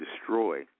destroy